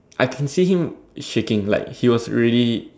I can seen him shaking like he was really